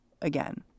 again